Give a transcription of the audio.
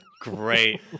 Great